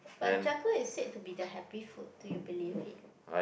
but chocolate is said to be the happy food do you believe it